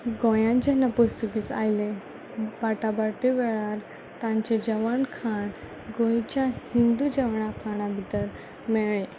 गोंयांत जेन्ना पुर्तूगीज आयले बाटाबाटी वेळार तांचें जेवण खाण गोंयच्या हिंदू जेवणा खाणां भितर मेळ्ळें